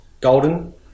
golden